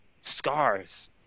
scars